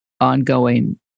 ongoing